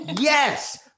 Yes